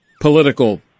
political